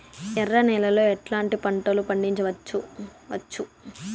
ఎర్ర నేలలో ఎట్లాంటి పంట లు పండించవచ్చు వచ్చు?